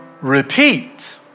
Repeat